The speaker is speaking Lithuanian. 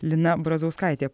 lina bradauskaitė